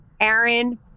Aaron